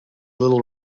little